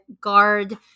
guard